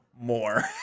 more